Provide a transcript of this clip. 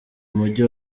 mujyi